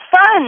fun